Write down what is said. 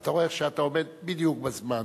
אתה רואה איך אתה עומד בדיוק בזמן,